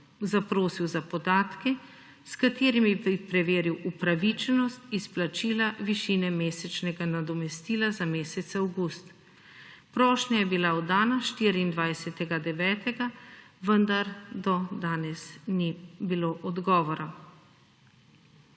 zaprosil za podatke, s katerimi bi preveril upravičenost izplačila višine mesečnega nadomestila za mesec avgust. Prošnja je bila oddana 24. septembra, vendar do danes ni bilo odgovora.